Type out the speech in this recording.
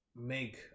make